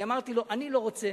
אני אמרתי לו: אני לא רוצה